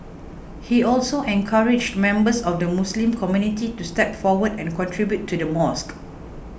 he also encouraged members of the Muslim community to step forward and contribute to the mosque